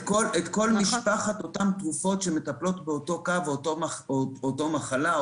צריך לקחת את כל משפחת אותן תרופות שמטפלות באותו מצב או אותה מחלה.